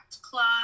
Club